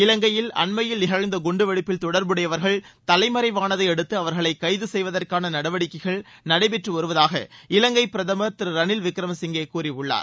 இலங்கையில் அண்மையில் நிகழ்ந்த குண்டுவெடிப்பில் தொடர்புடையவர்கள் தலைமறைவானதையடுத்து அவர்களை கைது செய்வதற்கான நடவடிக்கைகள் நடைபெற்று வருவதாக இலங்கை பிரதமர் திரு ரணில் விக்ரமசிங்கே கூறியுள்ளார்